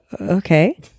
Okay